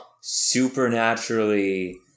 supernaturally